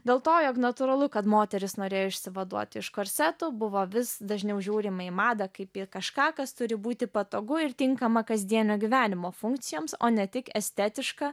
dėl to jog natūralu kad moterys norėjo išsivaduoti iš korsetų buvo vis dažniau žiūrima į madą kaip į kažką kas turi būti patogu ir tinkama kasdienio gyvenimo funkcijoms o ne tik estetiška